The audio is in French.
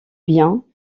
bien